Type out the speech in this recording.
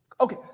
Okay